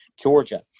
Georgia